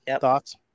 Thoughts